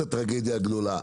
הטרגדיה הגדולה.